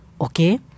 Okay